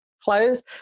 close